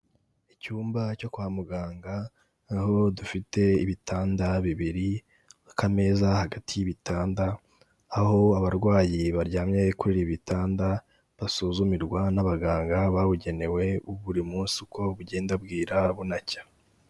Icyumba cyo kwa muganga aho dufite ibitanda bibiri, akameza hagati y'ibitanda, aho abarwayi baryamye kuri ibi bitanda basuzumirwa n'abaganga babugenewe, buri munsi uko bugenda bwira bunacya.